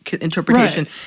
interpretation